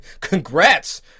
Congrats